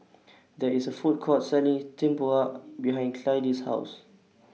There IS A Food Court Selling Tempoyak behind Clydie's House